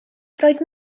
roedd